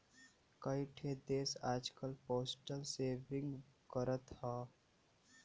कई ठे देस आजकल पोस्टल सेविंग करत हौ